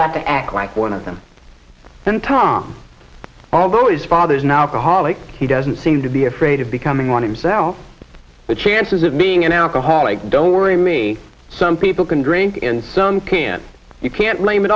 got to act like one of them then tom although his father's now the holly he doesn't seem to be afraid of becoming one him self the chances of me being an alcoholic don't worry me some people can drink and some can't you can't lay it